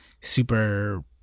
Super